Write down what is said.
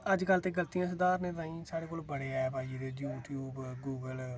अजकल्ल ते गलतियां सुधारने ताहीं साढ़े कोल बड़े ऐप आई गेदे यूट्यूब गूगल